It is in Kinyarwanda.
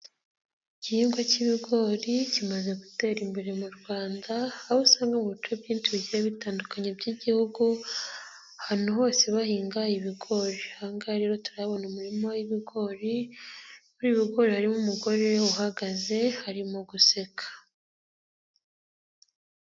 Igihingwa k'ibigori kimaze gutera imbere mu Rwanda, aho usanga mu bice byinshi bigiye bitandukanye by'igihugu, ahantu hose bahinga ibigori. Ahangaha rero turahabona umurima w'ibigori, muri ibi bigori harimo umugore uhagaze harimo guseka.